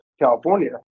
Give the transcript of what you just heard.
California